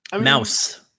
Mouse